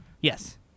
Yes